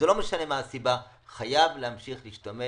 לא משנה מה הסיבה, חייבים להמשיך להשתמש